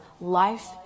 life